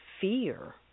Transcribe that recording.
fear